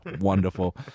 wonderful